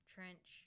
Trench